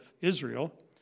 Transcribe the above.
Israel